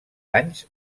anys